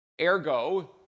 Ergo